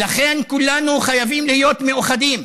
ולכן כולנו חייבים להיות מאוחדים